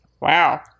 Wow